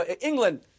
England